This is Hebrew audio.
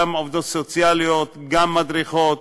גם עובדות סוציאליות, גם מדריכות,